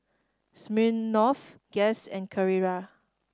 Smirnoff Guess and Carrera